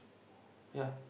yeah